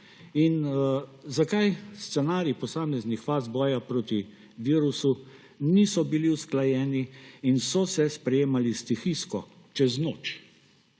ni? Zakaj scenariji posameznih faz boja proti virusu niso bili usklajeni in so se sprejemali stihijsko, čez noč?